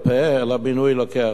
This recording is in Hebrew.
אלא בינוי לוקח זמן,